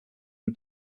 who